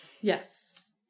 Yes